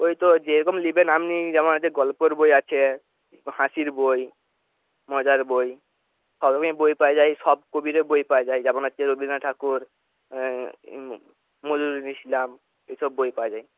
ওই তো যেরকম নেবেন আপনি যেমন আছে গল্পের বই আছে হাসির বই মজার বই সব রকমই বই পাওয়া যায় সব কবিরও বই পাওয়া যায় যেমন আছে রবীন্দ্রনাথ ঠাকুর নজরুল ইসলাম এইসব বই পাওয়া যায়